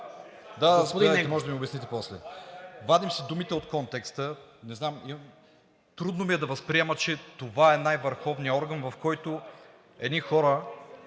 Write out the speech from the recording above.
Заповядайте, може да ми обясните после. Вадим си думите от контекста. Не знам, трудно ми е да възприема, че това е най-върховният орган, в който едни хора,